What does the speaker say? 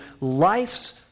life's